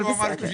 אבל בסדר.